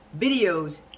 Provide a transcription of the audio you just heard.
videos